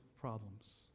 problems